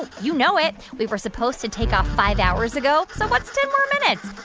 ah you know it. we were supposed to take off five hours ago, so what's ten more minutes?